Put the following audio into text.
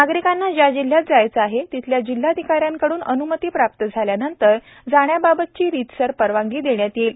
नागरिकांना ज्या जिल्हयात जायचे आहे तेथील जिल्हाधिकाऱ्यांकडून अनुमती प्राप्त झाल्यानंतर जाण्याबाबतची रितसर परवानगी देण्यात येईल